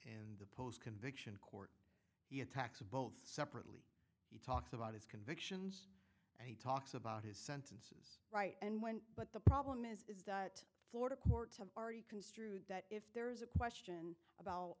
in the post conviction court he attacks both separate he talks about his convictions and he talks about his sentences right and when but the problem is is that florida courts have already construed that if there's a question about